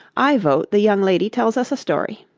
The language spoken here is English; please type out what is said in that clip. i vote the young lady tells us a story